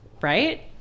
right